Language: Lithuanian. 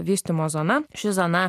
vystymo zona ši zona